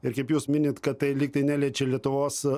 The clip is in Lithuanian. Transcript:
ir kaip jūs minit kad tai lyg tai neliečia lietuvos